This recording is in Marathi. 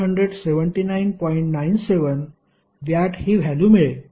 97 वॅट ही व्हॅल्यू मिळेल